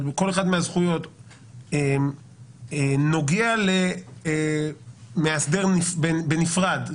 אבל כל אחת מהזכויות נוגעת למאסדר בנפרד,